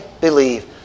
believe